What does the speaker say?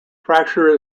fracture